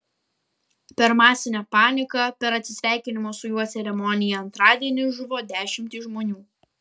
per masinę paniką per atsisveikinimo su juo ceremoniją antradienį žuvo dešimtys žmonių